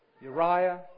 Uriah